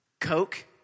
Coke